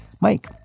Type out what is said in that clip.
Mike